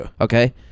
Okay